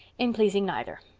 in pleasing neither.